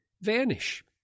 vanish